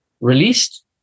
released